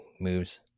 moves